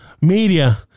media